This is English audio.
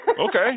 Okay